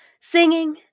singing